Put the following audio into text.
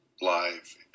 live